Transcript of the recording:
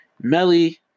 Melly